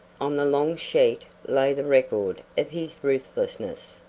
on the long sheet lay the record of his ruthlessness,